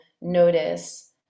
notice